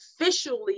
officially